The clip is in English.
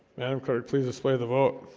madam clerk, please display the vote